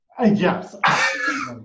yes